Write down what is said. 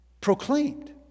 proclaimed